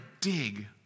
dig